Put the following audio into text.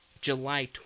July